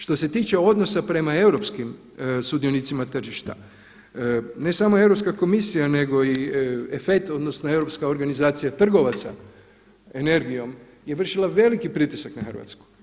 Što se tiče odnosa prema europskim sudionicima tržišta, ne samo Europska komisija nego i EFET, odnosno Europska organizacija trgovaca energijom je vršila veliki pritisak na Hrvatsku.